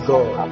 God